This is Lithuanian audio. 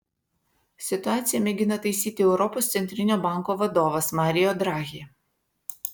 situaciją mėgina taisyti europos centrinio banko vadovas mario draghi